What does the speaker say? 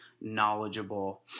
knowledgeable